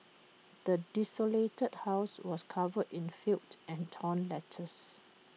the desolated house was covered in filth and torn letters